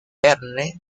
verne